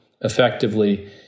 effectively